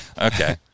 Okay